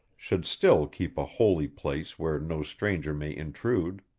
should still keep a holy place where no stranger may intrude.